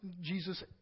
Jesus